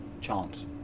chance